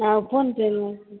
ನಾವು ಫೋನ್ಪೇ ಮಾಡ್ತೇನೆ